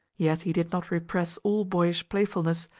yet he did not repress all boyish playfulness,